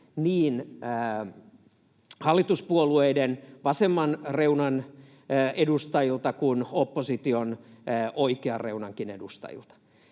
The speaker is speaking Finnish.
niin hallituspuolueiden, vasemman reunan edustajilta kuin opposition, oikean reunankin edustajilta.